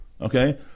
okay